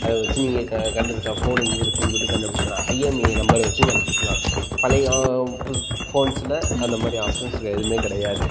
அதை வெச்சு நீங்கள் க கண்டுபிடிச்சர்லாம் ஃபோன் எங்கே இருக்குதுன்னு சொல்லிட்டு கண்டுபிடிச்சர்லாம் ஐஎம்இஐ நம்பரை வைச்சும் கண்டுபிடிச்சர்லாம் பழைய புது ஃப் ஃபோன்ஸில் அந்த மாதிரி ஆப்ஷன்ஸ் எதுவுமே கிடையாது